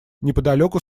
неподалеку